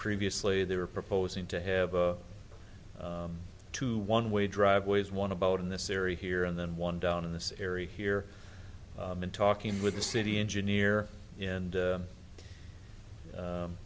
previously they were proposing to have a two one way driveways one about in this area here and then one down in this area here in talking with the city engineer and